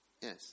yes